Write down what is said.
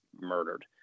murdered